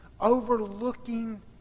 overlooking